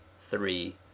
three